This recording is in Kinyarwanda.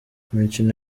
mikino